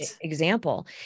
example